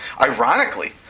ironically